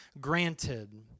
granted